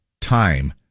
time